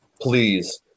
please